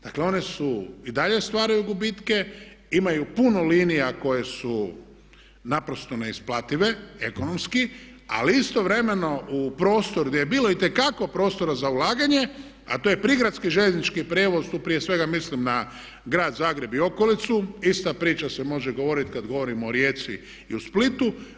Dakle, one i dalje stvaraju gubitke, imaju puno linija koje su naprosto neisplative ekonomski ali istovremeno u prostor gdje je bilo itekako prostora za ulaganje a to je prigradski željeznički prijevoz, tu prije svega mislim na Grad Zagreb i okolicu, ista priče se može govoriti kad govorimo o Rijeci i o Splitu.